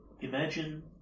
imagine